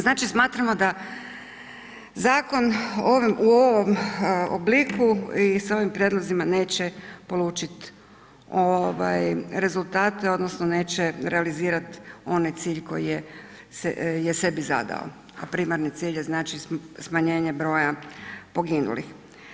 Znači smatramo da zakon u ovom obliku i s ovim prijedlozima neće polučit rezultate odnosno neće realizirat onaj cilj koji je sebi zadao, a primarni cilj je znači smanjenje broja poginulih.